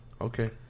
Okay